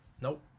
nope